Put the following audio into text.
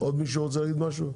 עוד מישהו רוצה להוסיף משהו?